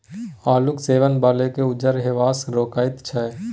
आलूक सेवन बालकेँ उज्जर हेबासँ रोकैत छै